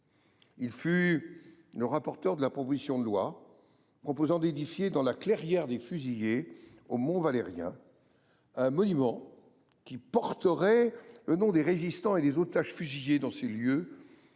enfin, le rapporteur de la proposition de loi proposant d’édifier, dans la Clairière des fusillés au mont Valérien, un monument qui porterait le nom des résistants et des otages fusillés dans ces lieux